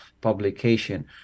publication